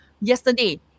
yesterday